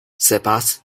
سپس